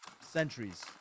centuries